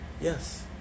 Yes